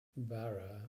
bara